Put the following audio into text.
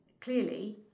clearly